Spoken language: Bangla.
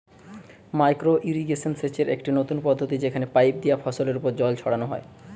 মাইক্রো ইর্রিগেশন সেচের একটি নতুন পদ্ধতি যেখানে পাইপ দিয়া ফসলের ওপর জল ছড়ানো হয়